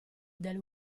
del